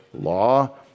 law